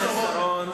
חבר הכנסת אורון.